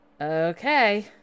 okay